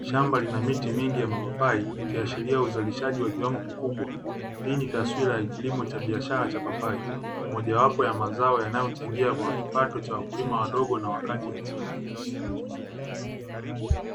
Shamba lina miti mingi ya mapapai ikiashiria uzalishaji wa kiwango kikubwa. Hii ni taswira ya kilimo cha biashara cha papai, moja wapo ya mazao yanayochangia kwa kipato cha wakulima wadogo na wa kati nchini.